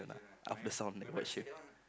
up the sound and watch here